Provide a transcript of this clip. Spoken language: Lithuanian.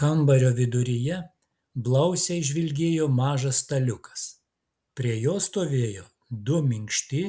kambario viduryje blausiai žvilgėjo mažas staliukas prie jo stovėjo du minkšti